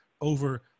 over